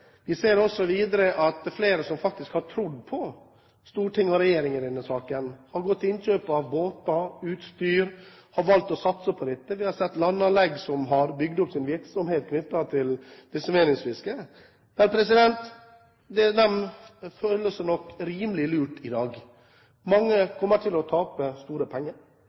Vi ser videre at flere som faktisk har trodd på storting og regjering i denne saken, har gått til innkjøp av båter og utstyr og har valgt å satse på dette. Vi har sett landanlegg som har bygd opp virksomhet knyttet til desimeringsfisket. De føler seg nok rimelig lurt i dag. Mange kommer til å tape store penger.